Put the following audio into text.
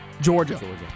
Georgia